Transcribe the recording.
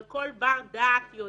אבל כל בר-דעת יודע,